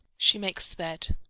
she makes the bed.